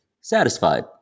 satisfied